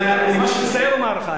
ואני ממש מסייע במערכה.